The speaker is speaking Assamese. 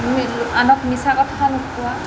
আনক মিছা কথা নোকোৱা